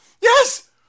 Yes